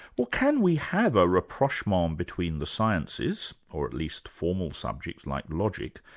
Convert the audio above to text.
well can we have a rapprochement between the sciences, or at least formal subjects like logic,